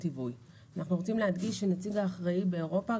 אנחנו רוצים להדגיש שנציג אחראי באירופה,